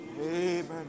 Amen